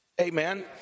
amen